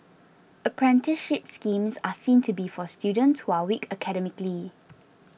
apprenticeship schemes are seen to be for students who are weak academically